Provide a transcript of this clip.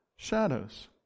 Shadows